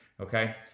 okay